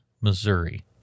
Missouri